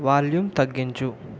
volume తగ్గించు